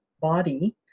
body